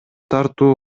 тартуу